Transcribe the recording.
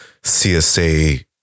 CSA